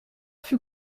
fut